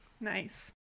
Nice